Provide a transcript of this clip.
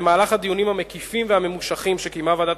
במהלך הדיונים המקיפים והממושכים שקיימה ועדת